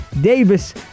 Davis